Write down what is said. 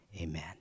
amen